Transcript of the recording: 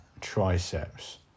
triceps